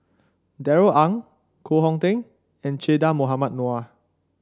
Darrell Ang Koh Hong Teng and Che Dah Mohamed Noor